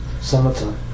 summertime